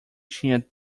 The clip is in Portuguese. tinha